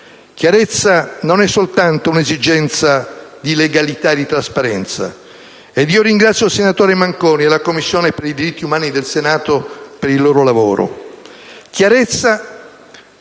Chiarezza non è soltanto un'esigenza di legalità e di trasparenza,